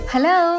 Hello